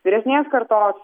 vyresnės kartos